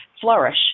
flourish